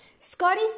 Scotty